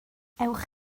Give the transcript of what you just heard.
ewch